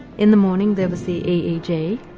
in the morning there was the eeg,